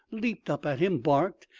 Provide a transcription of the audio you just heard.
leaped up at him, barked,